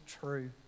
true